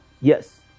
Yes